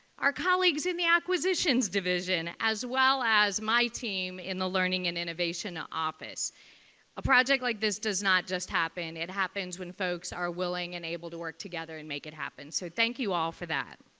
our colleagues in the acquisitions division as well as my team in the learning and innovation ah office a project like this does not just happen. it happens when folks are willing and able to work together and make it happen. so thank you all for that.